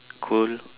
cool